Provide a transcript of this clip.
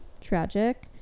tragic